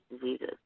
diseases